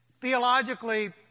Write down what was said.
theologically